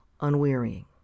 unwearying